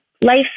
life